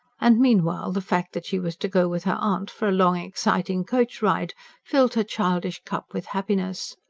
and meanwhile, the fact that she was to go with her aunt for a long, exciting coach-ride filled her childish cup with happiness.